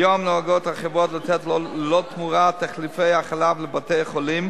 כיום החברות נוהגות לתת ללא תמורה את תחליפי החלב לבתי-החולים,